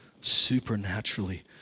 supernaturally